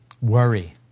Worry